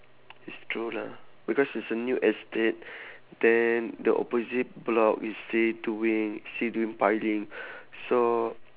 is true lah because it's a new estate then the opposite block is still doing still doing piling so